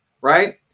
right